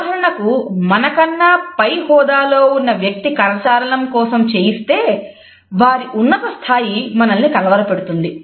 ఉదాహరణకు మనకన్నా పై హోదా లో ఉన్న వ్యక్తి కరచాలనం కోసం చేయిస్తే వారి ఉన్నత స్థాయి మనల్ని కలవర పెడుతుంది